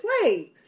slaves